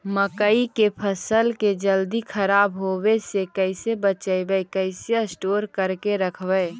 मकइ के फ़सल के जल्दी खराब होबे से कैसे बचइबै कैसे स्टोर करके रखबै?